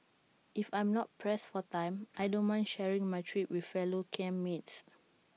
if I'm not pressed for time I don't mind sharing my trip with fellow camp mates